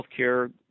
healthcare